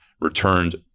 returned